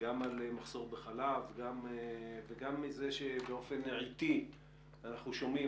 גם על מחסור בחלב וגם מזה שבאופן עתי אנחנו שומעים